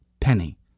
penny